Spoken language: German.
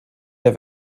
der